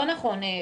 לא נכון,